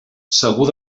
segur